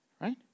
Right